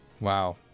Wow